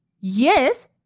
Yes